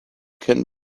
can